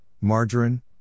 margarine